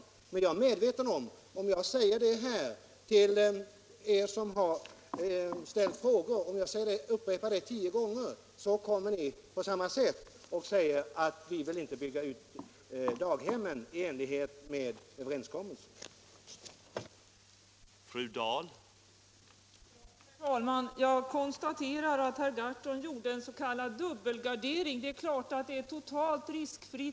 Torsdagen den Men jag är medveten om att ifall jag säger detta till er här som har 24 mars 1977 | ställt frågor och upprepar det tio gånger, så kommer ni ändå att säga I att vi inte vill bygga ut daghemmen i enlighet med överenskommelsen. - Om utbyggnadsprogrammet för Fru DAHL : barnomsorgen Herr talman! Jag konstaterar att herr Gahrton gjorde en s.k. dubbelgardering. Det är klart att vadet är totalt riskfritt när förutsättningen för det är att den borgerliga regeringen skall sitta i fem år.